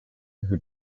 who